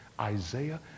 Isaiah